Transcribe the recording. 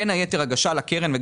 בין היתר הגשה לקרן.